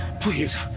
Please